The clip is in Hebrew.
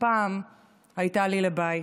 שפעם הייתה לי לבית.